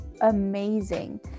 amazing